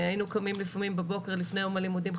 היינו קמים לפעמים בבוקר לפני יום הלימודים,